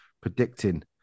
predicting